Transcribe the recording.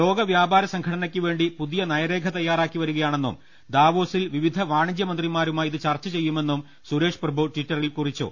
ലോക വ്യാപാര സംഘടനയ്ക്കുവേണ്ടി പുതിയ നയരേഖ തയ്യാറാക്കിവരികയാ ണെന്നും ദാവോസിൽ വിവിധ വാണിജ്യ മന്ത്രിമാരുമായി ഇത് ചർച്ച ചെയ്യു മെന്നും സുരേഷ് പ്രഭു ട്വിറ്ററിൽ കുറിച്ചു